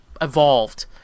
evolved